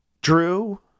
Drew